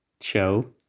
show